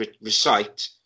recite